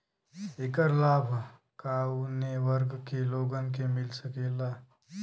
ऐकर लाभ काउने वर्ग के लोगन के मिल सकेला?